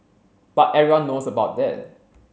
but everyone knows about that